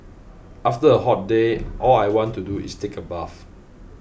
after a hot day all I want to do is take a bath